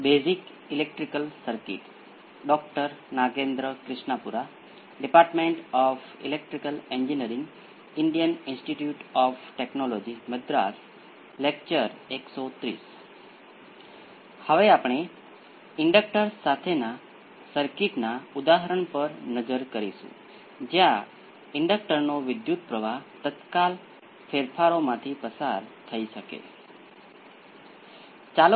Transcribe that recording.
પ્રથમ ઓર્ડરના કિસ્સામાં આપણે શરૂઆતથી વિકલન સમીકરણના ઉકેલને શોર્ટ કરીને રિસ્પોન્સનું મૂલ્યાંકન જોયું બીજી ઓર્ડરના કિસ્સામાં આપણે લાક્ષણિક સમીકરણ તરીકે ઓળખાય છે તેનો ઉપયોગ કર્યો